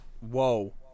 Whoa